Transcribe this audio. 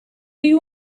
you